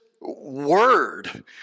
word